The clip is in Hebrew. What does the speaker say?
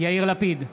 יאיר לפיד,